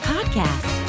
Podcast